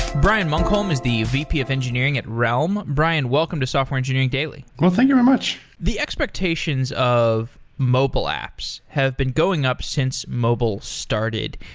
brian munkholm is the vp of engineering at realm. brian, welcome to software engineering daily. well, thank you very much. the expectations of mobile apps have been going up since mobile started,